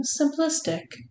simplistic